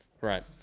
Right